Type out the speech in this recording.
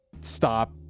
stop